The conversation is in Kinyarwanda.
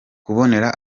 kubonera